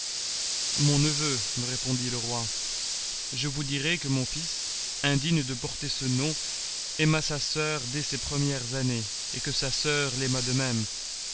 mon neveu me répondit le roi je vous dirai que mon fils indigne de porter ce nom aima sa soeur dès ses premières années et que sa soeur l'aima de même